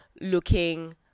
looking